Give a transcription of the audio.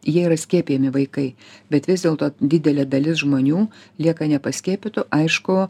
jie yra skiepijami vaikai bet vis dėlto didelė dalis žmonių lieka nepaskiepytų aišku